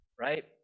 Right